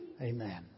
Amen